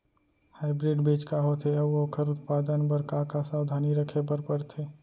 Hybrid बीज का होथे अऊ ओखर उत्पादन बर का का सावधानी रखे बर परथे?